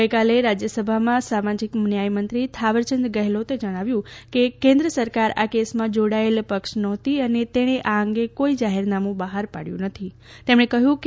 ગઇકાલે રાજ્યસભામાં સામાજિક ન્યાય મંત્રી થાવરચંદ ગેહલોતે જણાવ્યું કે કેન્દ્ર સરકાર આ કેસમાં જોડાયેલ પક્ષ નહોતી અને તેણે આ અંગે કોઇ જાહેરનામું બહાર પાડ્યું નથી તેમણે કહ્યું કે